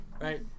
Right